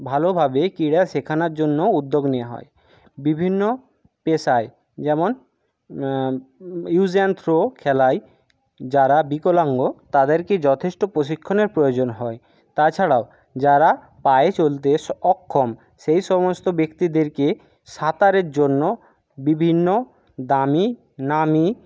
ভালোভাবে ক্রিড়া শেখানোর জন্য উদ্যোগ নেওয়া হয় বিভিন্ন পেশায় যেমন ইউজ অ্যান্ড থ্রো খেলায় যারা বিকলাঙ্গ তাদেরকে যথেষ্ট প্রশিক্ষণের প্রয়োজন হয় তাছাড়াও যারা পায়ে চলতে স অক্ষম সেই সমস্ত ব্যক্তিদেরকে সাঁতারের জন্য বিভিন্ন দামি নামি